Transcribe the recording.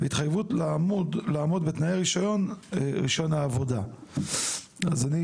בהתחייבות לעמוד בתנאי רישיון העבודה.״ אז אני